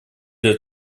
для